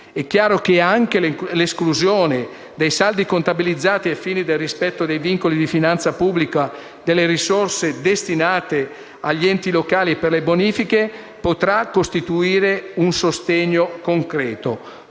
È chiaro che anche l'esclusione dei saldi contabilizzati ai fini del rispetto dei vincoli di finanza pubblica delle risorse destinate agli enti locali per le bonifiche potrà costituire un sostegno concreto.